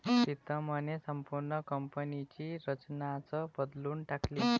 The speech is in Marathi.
प्रीतमने संपूर्ण कंपनीची रचनाच बदलून टाकली